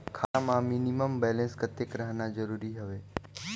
खाता मां minimum balance कतेक रखना जरूरी हवय?